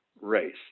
race